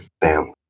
family